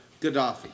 Gaddafi